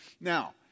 Now